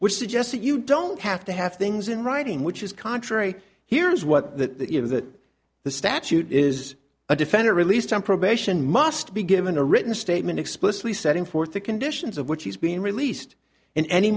which suggests that you don't have to have to writing which is contrary here's what that you know that the statute is a defendant released on probation must be given a written statement explicitly setting forth the conditions of which he's been released and any